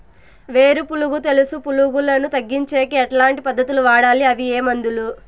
వేరు పులుగు తెలుసు పులుగులను తగ్గించేకి ఎట్లాంటి పద్ధతులు వాడాలి? అవి ఏ మందులు?